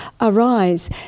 Arise